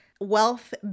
wealth